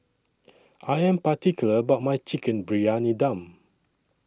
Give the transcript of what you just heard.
I Am particular about My Chicken Briyani Dum